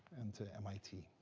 and to mit.